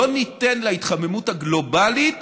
לא ניתן להתחממות הגלובלית